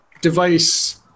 device